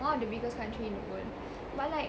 one of the biggest country in the world but like